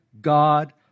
God